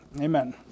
amen